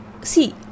see